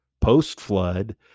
Post-flood